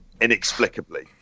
Inexplicably